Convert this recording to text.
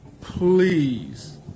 Please